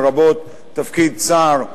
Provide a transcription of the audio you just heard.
לרבות תפקיד שר,